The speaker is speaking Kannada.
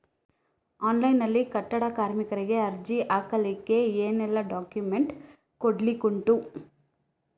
ಆನ್ಲೈನ್ ನಲ್ಲಿ ಕಟ್ಟಡ ಕಾರ್ಮಿಕರಿಗೆ ಅರ್ಜಿ ಹಾಕ್ಲಿಕ್ಕೆ ಏನೆಲ್ಲಾ ಡಾಕ್ಯುಮೆಂಟ್ಸ್ ಕೊಡ್ಲಿಕುಂಟು?